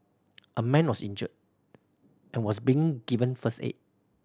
a man was injured and was being given first aid